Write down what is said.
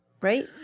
right